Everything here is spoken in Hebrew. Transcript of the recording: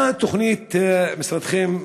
3. מה היא התוכנית שך משרדכם,